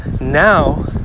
now